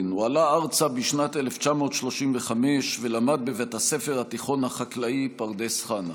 ארצה בשנת 1935 ולמד בבית הספר התיכון החקלאי פרדס חנה.